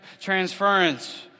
transference